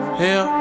hell